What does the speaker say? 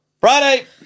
Friday